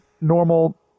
normal